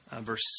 verse